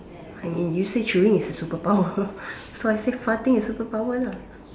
I mean you say chewing is a super power so I say farting is a super power lah